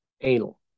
anal